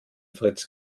fritz